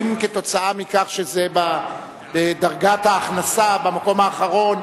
האם כתוצאה מכך שזה בדרגת ההכנסה במקום האחרון,